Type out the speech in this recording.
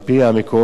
משרד החוץ